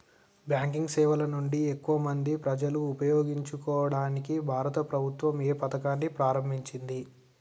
Banking సేవల నుండి ఎక్కువ మంది ప్రజలను ఉపయోగించుకోవడానికి భారత ప్రభుత్వం ఏ పథకాన్ని ప్రారంభించింది?